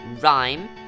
Rhyme